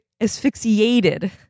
asphyxiated